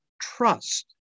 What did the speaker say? trust